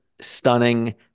stunning